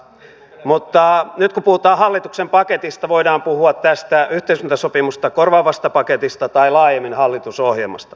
mutta nyt kun puhutaan hallituksen paketista voidaan puhua tästä yhteiskuntasopimusta korvaavasta paketista tai laajemmin hallitusohjelmasta